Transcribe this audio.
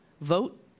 vote